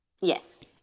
Yes